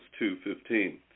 2.15